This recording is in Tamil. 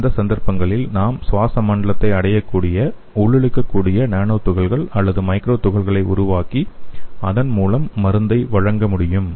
அந்த சந்தர்ப்பங்களில் நாம் சுவாச மண்டலத்தை அடையக்கூடிய உள்ளிழுக்கக்கூடிய நானோ துகள்கள் அல்லது மைக்ரோ துகள்களை உருவாக்கி அதன் மூலம் மருந்தை வழங்க முடியும்